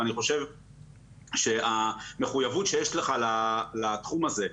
ואני חושב שהמחוייבות שיש לך לתחום הזה,